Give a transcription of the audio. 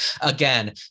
Again